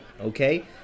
okay